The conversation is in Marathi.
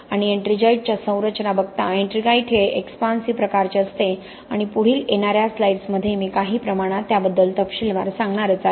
आणि एट्रिंजाइटच्या संरचना बघता एट्रिंगाइट हे एकस्पाण्सीव प्रकारचे असते आणि पुढील येणार्या स्लाइड्समध्ये मी काही प्रमाणात त्याबद्दल तपशीलवार सांगणारच आहे